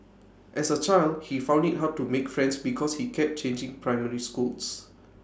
as A child he found IT hard to make friends because he kept changing primary schools